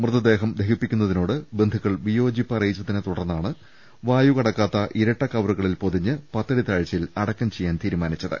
മൃത ദേഹം ദഹിപ്പിക്കുന്നതിനോട് ബന്ധുക്കൾ വിയോജിപ്പ് അറിയിച്ചതിനെ തുടർന്നാണ് വായു കടക്കാത്ത ഇരട്ട കവറുകളിൽ പൊതിഞ്ഞ് പത്തടി താഴ്ച യിൽ അടക്കം ചെയ്യാൻ തീരുമാനിച്ചത്